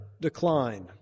decline